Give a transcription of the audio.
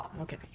okay